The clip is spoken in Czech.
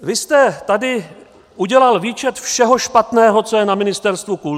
Vy jste tady udělal výčet všeho špatného, co je na Ministerstvu kultury.